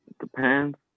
depends